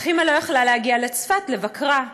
אך אימא לא יכלה להגיע לצפת לבקרה.